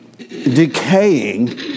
decaying